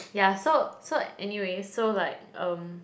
ya so so anyways so like um